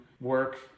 work